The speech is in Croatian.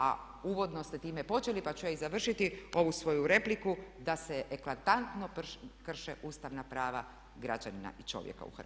A uvodno ste time počeli pa ću ja i završiti ovu svoju repliku da se eklatantno krše ustavna prava građanina i čovjeka u Hrvatskoj.